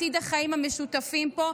עתיד החיים המשותפים פה,